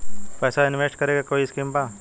पैसा इंवेस्ट करे के कोई स्कीम बा?